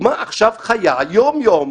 דוגמה חיה עכשיו: יום יום,